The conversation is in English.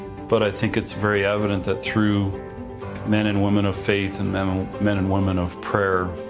but i think it's very evident that through men and women of faith and men men and women of prayer,